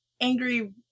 angry